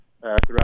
throughout